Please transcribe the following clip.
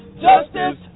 justice